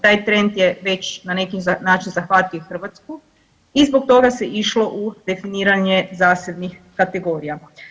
Taj trend je već na neki način zahvatio i Hrvatsku i zbog toga se išlo u definiranje zasebnih kategorija.